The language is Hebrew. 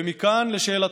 ומכאן לשאלתך.